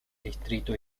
distrito